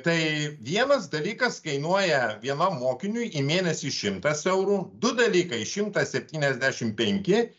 tai vienas dalykas kainuoja vienam mokiniui į mėnesį šimtas eurų du dalykai šimtas septyniasdešimt penki